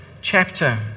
chapter